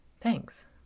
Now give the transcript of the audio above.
Thanks